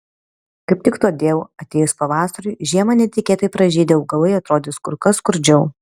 kaip tik todėl atėjus pavasariui žiemą netikėtai pražydę augalai atrodys kur kas skurdžiau